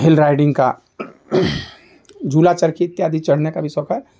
हिल riding का झूला चरखी इत्यादि चढ़ने का भी शौक़ है